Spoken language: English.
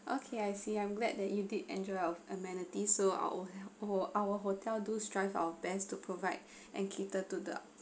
okay I see I'm glad that you did enjoy our amenities so our our hotel do strive our best to provide and cater to the